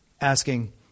asking